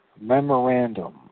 memorandum